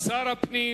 שר הפנים